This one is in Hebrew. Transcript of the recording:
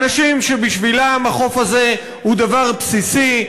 אנשים שבשבילם החוף הזה הוא דבר בסיסי,